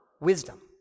wisdom